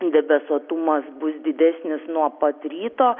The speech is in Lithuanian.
debesuotumas bus didesnis nuo pat ryto